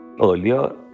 Earlier